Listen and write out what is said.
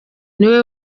niwe